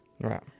Right